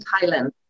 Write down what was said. Thailand